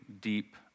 deep